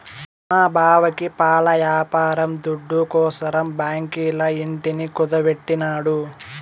మా బావకి పాల యాపారం దుడ్డుకోసరం బాంకీల ఇంటిని కుదువెట్టినాడు